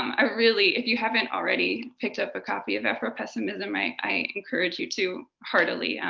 i really if you haven't already picked up a copy of afropessimism i i encourage you to heartily.